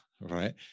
right